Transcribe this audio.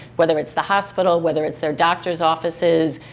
whether it's the hospital, whether it's their doctors' offices,